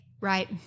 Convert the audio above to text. right